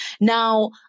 Now